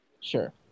Sure